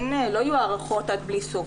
לא יהיו הארכות עד בלי סוף.